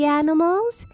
animals